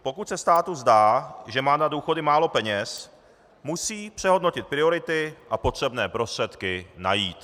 Pokud se státu zdá, že má na důchody málo peněz, musí přehodnotit priority a potřebné prostředky najít.